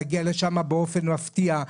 להגיע לשם באופן מפתיע.